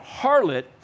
harlot